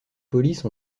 police